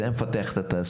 זה היה מפתח את התעשייה,